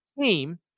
team